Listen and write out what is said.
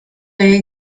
jej